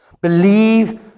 Believe